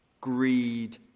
greed